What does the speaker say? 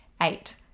Eight